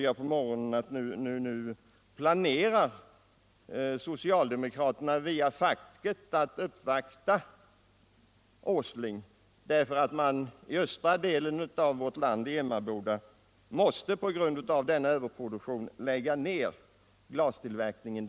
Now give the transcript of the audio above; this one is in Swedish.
I dag på morgonen hörde jag att socialdemokraterna via facket planerar att uppvakta industriminister Åsling därför att man i Emmaboda på grund av överproduktion måste lägga ned glastillverkningen.